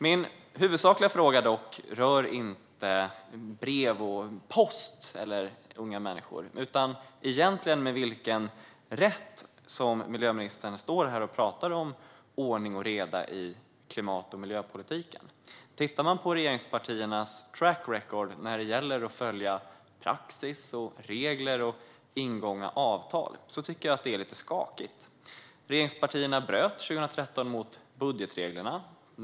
Min huvudsakliga fråga rör dock inte brev och post eller unga människor. Den gäller med vilken rätt miljöministern står här och talar om ordning och reda i klimat och miljöpolitiken. Tittar man på regeringspartiernas track record när det gäller att följa praxis, regler och ingångna avtal kan man se att det är lite skakigt. Regeringspartierna bröt 2013 mot budgetreglerna.